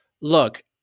look